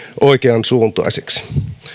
oikeansuuntaisiksi